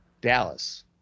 Dallas